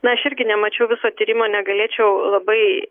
na aš irgi nemačiau viso tyrimo negalėčiau labai